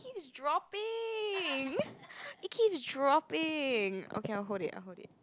it keeps dropping it keeps dropping okay I hold it I hold it